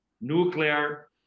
Nuclear